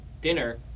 dinner